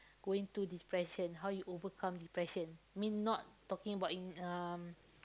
going through depression how you overcome depression mean not talking about in um